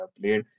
played